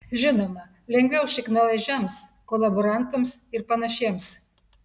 žinoma lengviau šiknalaižiams kolaborantams ir panašiems